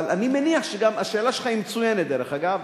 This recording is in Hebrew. אבל אני מניח שגם, השאלה שלך היא מצוינת, דרך אגב,